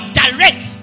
direct